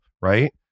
Right